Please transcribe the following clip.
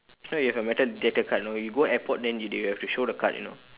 if not you have a metal detector card you know you go airport then you they will have to show the card you know